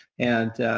and